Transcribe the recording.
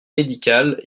médicale